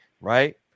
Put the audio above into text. Right